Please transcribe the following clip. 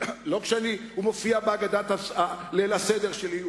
אבל הוא מופיע בהגדת ליל הסדר שלי,